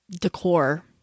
decor